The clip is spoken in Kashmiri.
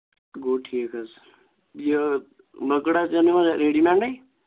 گوٚو ٹھیٖک حظ یہِ لٔکٕر حظ أنِو حظ ریڈی میڈٕے